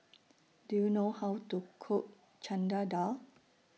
Do YOU know How to Cook Dal